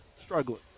struggling